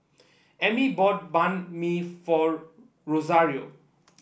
Emmy bought Banh Mi for Rosario